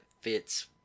fits